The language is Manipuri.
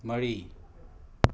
ꯃꯔꯤ